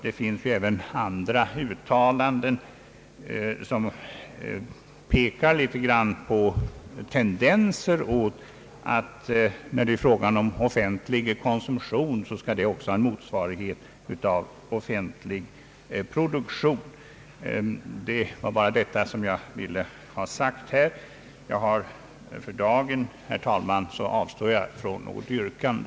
Det finns även andra uttalanden som visar på en tendens att offentlig konsumtion också skall motsvaras av offentlig produktion, vilket jag icke kan godta. För dagen, herr talman, avstår jag från att göra något yrkande.